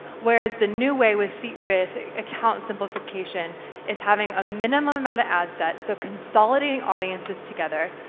whereas the new way with with account simplification is having a minimum amount of ad sets, so consolidating audiences together.